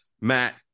Matt